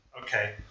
Okay